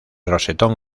rosetón